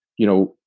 you know,